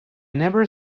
never